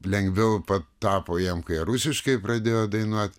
lengviau patapo jiem kai rusiškai pradėjo dainuot